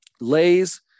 Lays